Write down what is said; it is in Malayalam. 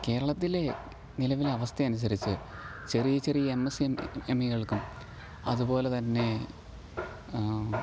കേരളത്തിലെ നിലവിലെ അവസ്ഥയനുസരിച്ച് ചെറിയ ചെറിയ എം എസ് സീ എം എമ്മികള്ക്കും അതുപോലെതന്നെ